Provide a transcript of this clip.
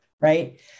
Right